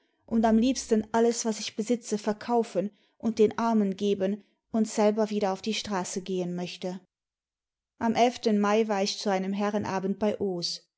und am liebsten alles was ich besitze verkaufen und den armen geben imd selber wieder auf die straße gehen möchte am elften mai war ich zu einem herrenabend bei